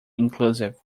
inclusive